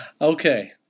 Okay